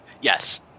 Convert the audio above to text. Yes